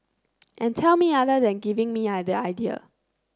and tell me other than giving me other idea